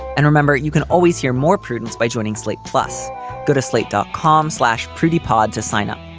and remember, you can always hear more prudence by joining slate plus go to slate dot com slash preety pod to sign up.